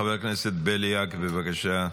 חבר הכנסת בליאק, בבקשה.